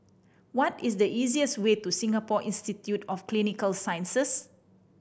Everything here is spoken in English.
what is the easiest way to Singapore Institute of Clinical Sciences